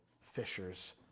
fishers